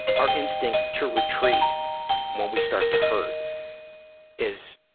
our instinct to retreat when we start to hurt is,